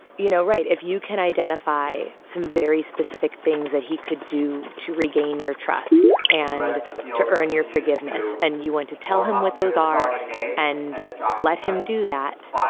you know. right. if you can identify some very specific things that he could do to regain your trust and to earn your forgiveness, and you went to tell him what those are and let him do that,